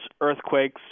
earthquakes